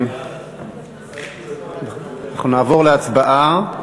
אנחנו נעבור להצבעה.